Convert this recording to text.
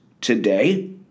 today